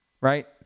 right